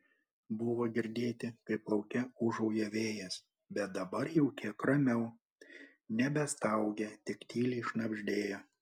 buvo girdėti kaip lauke ūžauja vėjas bet dabar jau kiek ramiau nebestaugė tik tyliai šnabždėjo